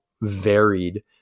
varied